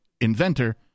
inventor